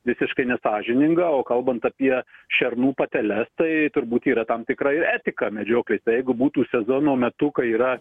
visiškai nesąžininga o kalbant apie šernų pateles tai turbūt yra tam tikra ir etika medžioklėj tai jeigu būtų sezono metu kai yra